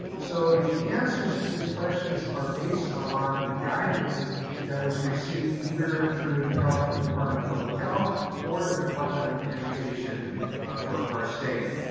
so the answers to these questions are based on the guidance that was received either through the california department of public health or the department of education for our state.